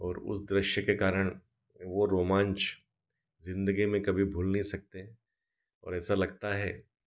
और उस दृश्य के कारण वह रोमान्च ज़िन्दगी में कभी भूल नहीं सकते और ऐसा लगता है